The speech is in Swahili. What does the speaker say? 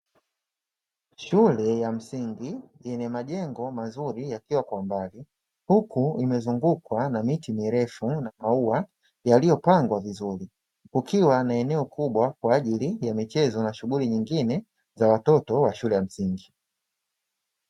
Shule ya msingi yenye majengo mazuri yakiwa kwa mbali huku imezungukwa na miti mirefu na maua yaliyopandwa vizuri, kukiwa na eneo kubwa kwa ajili ya michezo na shughuli nyingine za watoto wa shule ya msingi.